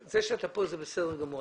זה שאתה כאן, זה בסדר גמור.